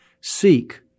seek